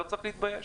לא צריך להתבייש.